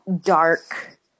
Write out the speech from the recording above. dark